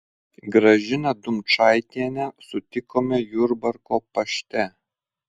gražiną dumčaitienę sutikome jurbarko pašte